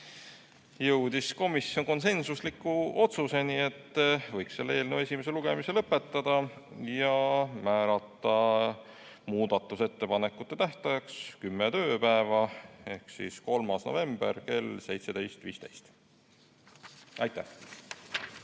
jõudis komisjon konsensuslikule otsusele, et võiks eelnõu esimese lugemise lõpetada ja määrata muudatusettepanekute tähtajaks kümme tööpäeva ehk 3. novembri kell 17.15. Aitäh!